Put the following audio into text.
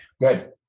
good